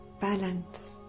balance